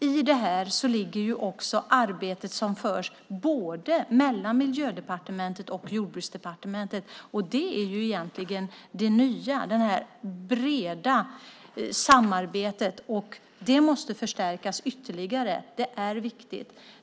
I det här ligger också det arbete som förs mellan Miljödepartementet och Jordbruksdepartementet. Det är egentligen det nya, breda samarbetet, och det måste förstärkas ytterligare. Det är viktigt.